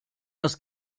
das